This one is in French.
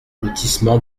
lotissement